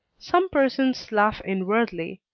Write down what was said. some persons laugh inwardly,